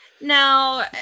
now